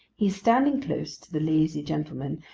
he is standing close to the lazy gentleman,